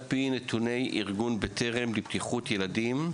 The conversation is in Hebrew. הנתונים הם של ארגון בטרם המרכז הלאומי לבריאות ובטיחות ילדים: